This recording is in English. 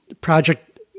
project